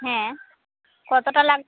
হ্যাঁ কতটা লাগ